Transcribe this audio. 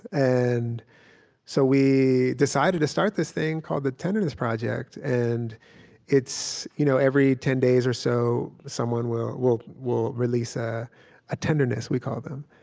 and so we decided to start this thing called the tenderness project. and it's you know every ten days or so, someone will will release a ah tenderness, we call them.